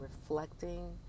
reflecting